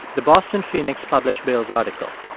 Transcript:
the boston phoenix published bill's article.